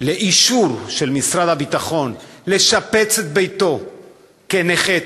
לאישור של משרד הביטחון לשפץ את ביתו כנכה צה"ל,